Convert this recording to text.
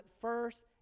first